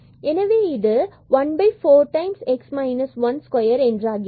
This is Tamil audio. எனவே இது ¼ x 1 square என்றாகிறது